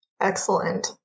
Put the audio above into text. Excellent